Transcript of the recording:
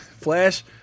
Flash